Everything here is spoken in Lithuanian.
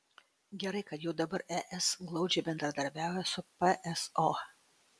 gerai kad jau dabar es glaudžiai bendradarbiauja su pso